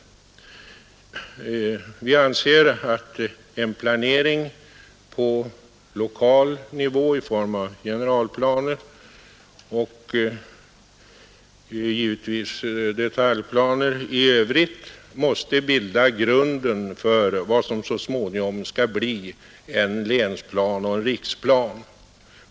Vi anser att en planering på lokal nivå i form av generalplaner och givetvis även detaljplaner måste bilda grunden för vad som så småningom skall bli en länsplan och en riksplan.